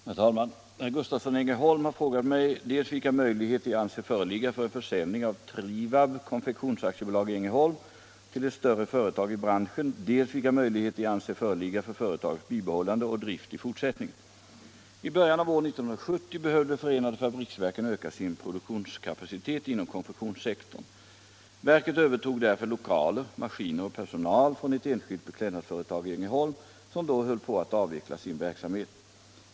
Herr talman! Herr Gustavsson i Ängelholm har frågat mig dels vilka möjligheter jag anser föreligga för en försäljning av Trivab Konfektions AB i Ängelholm till ett större företag i branschen, dels vilka möjligheter jag anser föreligga för företagets bibehållande och drift i fortsättningen. I början av år 1970 behövde förenade fabriksverken öka sin produktionskapacitet inom konfektionssektorn. Verket övertog därför lokaler, maskiner och personal från ett enskilt beklädnadsföretag i Ängelholm som då höll på att avveckla sin verksamhet.